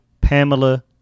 Pamela